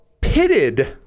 pitted